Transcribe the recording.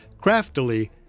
Craftily